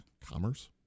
commerce